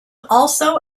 also